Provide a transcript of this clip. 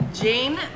Jane